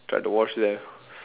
try to watch there